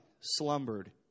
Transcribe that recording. slumbered